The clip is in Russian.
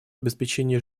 обеспечение